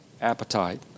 appetite